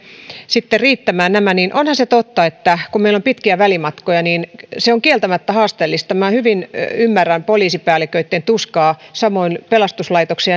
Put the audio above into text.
sitten riittämään nämä niin onhan se totta että kun meillä on pitkiä välimatkoja niin se on kieltämättä haasteellista minä hyvin ymmärrän poliisipäälliköitten tuskaa samoin pelastuslaitoksen